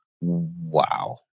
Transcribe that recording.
Wow